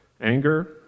Anger